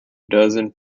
dozen